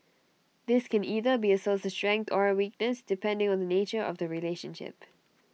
this can either be A source of strength or A weakness depending on the nature of the relationship